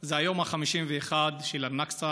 זה היום ה-51 של הנכסה,